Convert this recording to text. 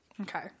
Okay